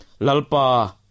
Lalpa